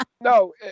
No